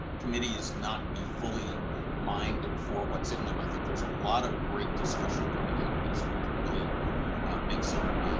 committees not be fully mined for what's in them, i think there's a lot of great discussion coming out of these, and we can really make some